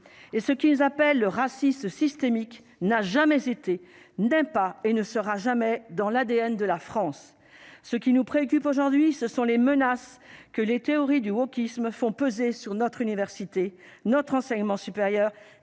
et ce qu'ils appellent le racisme systémique n'a jamais été n'est pas et ne sera jamais dans l'ADN de la France, ce qui nous préoccupe aujourd'hui, ce sont les menaces que les théories du wokisme font peser sur notre université notre enseignement supérieur